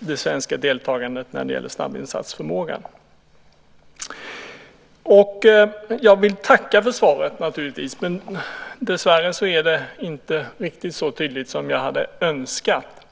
det svenska deltagandet när det gäller snabbinsatsförmågan. Jag vill naturligtvis tacka för svaret, men dessvärre är det inte riktigt så tydligt som jag hade önskat.